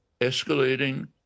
escalating